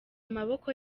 amaboko